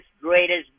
greatest